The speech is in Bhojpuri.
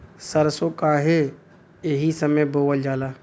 सरसो काहे एही समय बोवल जाला?